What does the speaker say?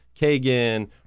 Kagan